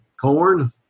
Corn